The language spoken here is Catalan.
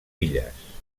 illes